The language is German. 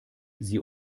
sie